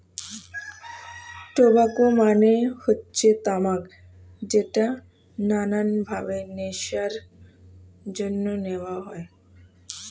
tobacco মানে হচ্ছে তামাক যেটা নানান ভাবে নেশার জন্য নেওয়া হয়